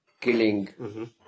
killing